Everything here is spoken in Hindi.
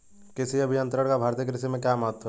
कृषि अभियंत्रण का भारतीय कृषि में क्या महत्व है?